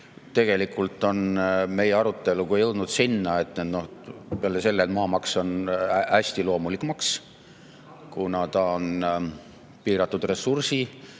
Tegelikult on meie arutelu jõudnud ka sinna, et peale selle, et maamaks on hästi loomulik maks, kuna tegu on piiratud ressursi